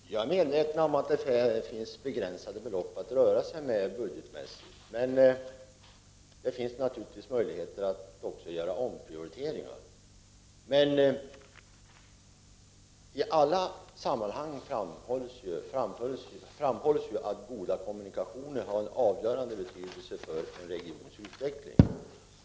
Herr talman! Jag är medveten om att det finns begränsade resurser att röra sig med budgetmässigt. Men det finns naturligtvis möjligheter att även göra omprioriteringar. Men i alla sammanhang framhålls det ju att goda kommunikationer har en avgörande betydelse för en regions utveckling.